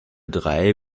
drei